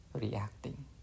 reacting